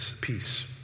peace